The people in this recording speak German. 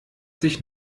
sich